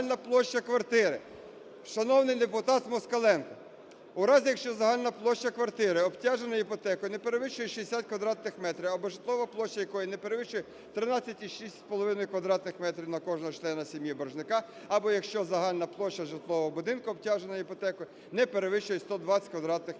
загальна площа квартири… Шановний депутат Москаленко! У разі, якщо загальна площа квартири, обтяженої іпотекою, не перевищує 60 квадратних метрів або житлова площа якої не перевищує 13.65 квадратних метрів на кожного члена сім'ї боржника, або якщо загальна площа житлового будинку, обтяженого іпотекою, не перевищує 120 квадратних метрів.